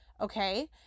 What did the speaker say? okay